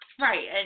right